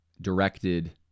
directed